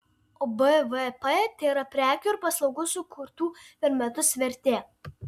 o bvp tėra prekių ir paslaugų sukurtų per metus vertė